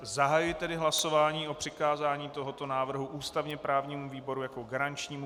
Zahajuji hlasování o přikázání tohoto návrhu ústavněprávnímu výboru jako garančnímu.